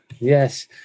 yes